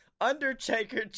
Undertaker